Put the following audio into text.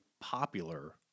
popular